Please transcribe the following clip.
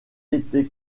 été